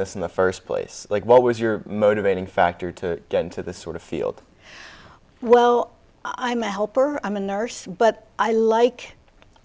this in the first place like what was your motivating factor to get into this sort of field well i'm a helper i'm a nurse but i like